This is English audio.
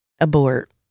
abort